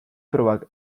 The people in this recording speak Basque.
probak